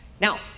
Now